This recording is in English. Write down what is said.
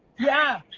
yeah.